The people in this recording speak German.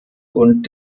und